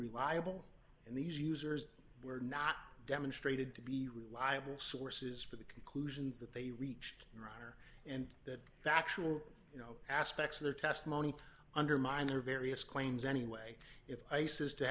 reliable and these users were not demonstrated to be reliable sources for the conclusions that they reached their honor and that factual you know aspects of their testimony undermined their various claims anyway if ice is to